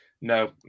No